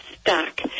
stuck